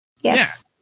Yes